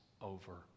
over